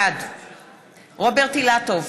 בעד רוברט אילטוב,